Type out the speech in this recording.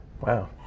Wow